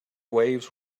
waves